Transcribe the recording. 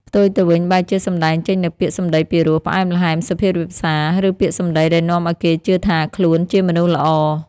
ផ្ទុយទៅវិញ បែរជាសម្ដែងចេញនូវពាក្យសម្ដីពីរោះ ផ្អែមល្ហែម សុភាពរាបសារ ឬពាក្យសម្ដីដែលនាំឱ្យគេជឿថាខ្លួនជាមនុស្សល្អ។